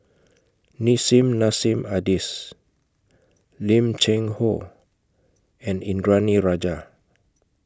Nissim Nassim Adis Lim Cheng Hoe and Indranee Rajah